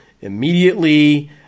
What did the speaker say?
immediately